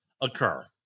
occur